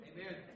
Amen